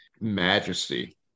majesty